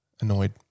annoyed